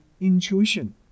intuition